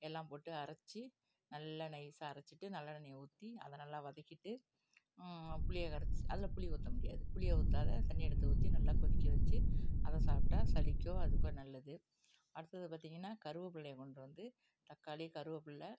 எல்லாம் போட்டு அரச்சு நல்லா நைசா அரைச்சிட்டு நல்லெண்ணையை ஊற்றி அதை நல்லா வதக்கிட்டு புளியை கரச்சு அதில் புளி ஊற்ற முடியாது புளிய ஊற்றாத தண்ணியை எடுத்து ஊற்றி நல்லா கொதிக்க வைச்சு அதை சாப்பிட்டா சளிக்கோ அதுக்கோ நல்லது அடுத்தது பார்த்தீங்கன்னா கருவேப்புலைய கொண்டு வந்து தக்காளி கருவேப்புல்ல